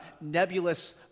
nebulous